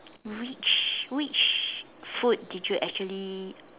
which which food did you actually